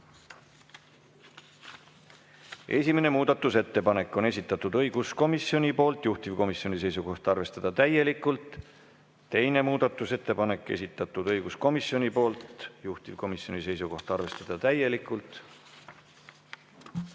Esimese muudatusettepaneku on esitanud õiguskomisjon, juhtivkomisjoni seisukoht on arvestada täielikult. Teine muudatusettepanek, esitatud õiguskomisjoni poolt, juhtivkomisjoni seisukoht on arvestada täielikult.